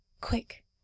quick